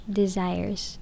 desires